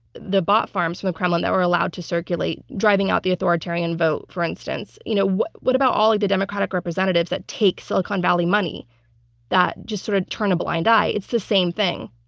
the bot farms from the kremlin that were allowed to circulate, driving out the authoritarian vote, for instance. you know, what what about all like the democratic representatives that take silicon valley money that just sort of turned a blind eye? it's the same thing.